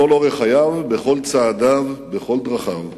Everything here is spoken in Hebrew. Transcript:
לכל אורך חייו, בכל צעדיו, בכל דרכיו.